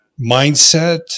mindset –